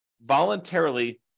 voluntarily